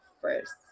first